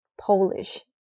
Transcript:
Polish